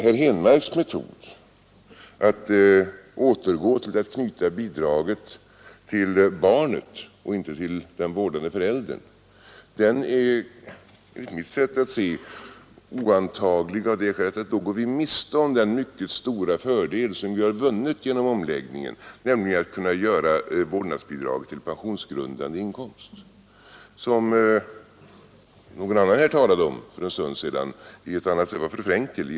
Herr Henmarks metod att återgå till att knyta bidraget till barnet och inte till den vårdande föräldern är enligt mitt sätt att se oantaglig, eftersom vi då går miste om den mycket stora fördel som vi vunnit genom omläggningen, nämligen att kunna göra vårdnadsbidraget till pensionsgrundande inkomst — fru Fre&nkel talade om detta i annat sammanhang.